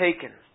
taken